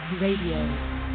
Radio